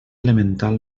elemental